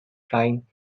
flying